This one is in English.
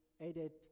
added